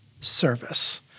service